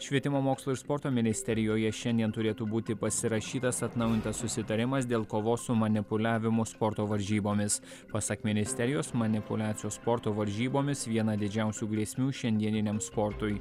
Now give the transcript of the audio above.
švietimo mokslo ir sporto ministerijoje šiandien turėtų būti pasirašytas atnaujintas susitarimas dėl kovos su manipuliavimu sporto varžybomis pasak ministerijos manipuliacijos sporto varžybomis viena didžiausių grėsmių šiandieniniam sportui